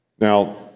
Now